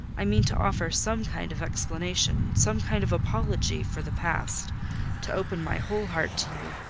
i mean to offer some kind of explanation, some kind of apology, for the past to open my whole heart to you,